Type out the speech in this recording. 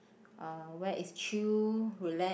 uh where it's chew